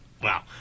Wow